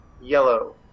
Yellow